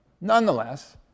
nonetheless